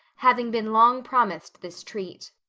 having been long promised this treat.